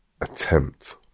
attempt